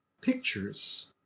pictures